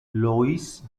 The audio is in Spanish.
louis